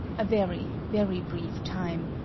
a very, very brief time,